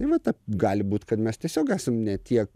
tai vat taip gali būt kad mes tiesiog esam ne tiek